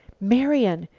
marian!